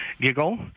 giggle